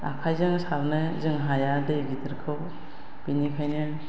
आखाइजों सारनो जों हाया दै गिदिरखौ बिनिखायनो